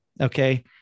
okay